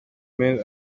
male